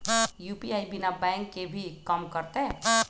UPI बिना bank के भी कम करतै?